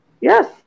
Yes